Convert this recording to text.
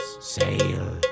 sail